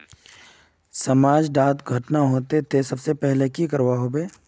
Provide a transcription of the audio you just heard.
समाज डात घटना होते ते सबसे पहले का करवा होबे?